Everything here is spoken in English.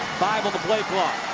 five on the play clock.